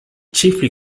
chiefly